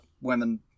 women